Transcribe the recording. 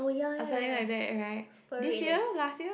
I was telling like that alright this year last year